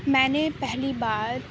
میں نے پہلی بار